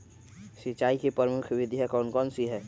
सिंचाई की प्रमुख विधियां कौन कौन सी है?